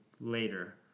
later